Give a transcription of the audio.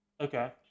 okay